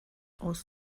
aus